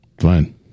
Fine